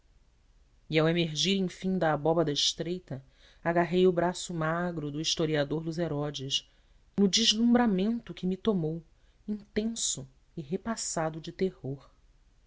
e ao emergir enfim da abóbada estreita agarrei o braço magro do historiador dos herodes no deslumbramento que me tomou intenso e repassado de terror